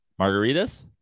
Margaritas